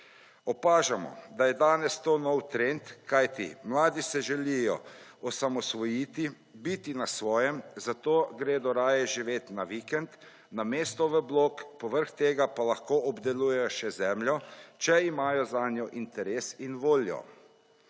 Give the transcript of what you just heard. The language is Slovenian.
Opažamo, da je danes to nov trend, kajti, mladi se želijo osamosvojiti, biti na svojem, zato gredo raje živet na vikend, namesto v blok, po vrh tega pa lahko obdelujejo še zemljo, če imajo zanjo interes in voljo.